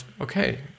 okay